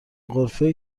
غرفه